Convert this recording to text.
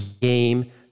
game